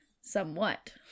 somewhat